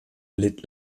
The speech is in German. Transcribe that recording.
litt